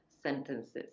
sentences